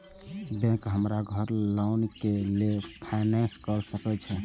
Bank हमरा घर loan के लेल फाईनांस कर सके छे?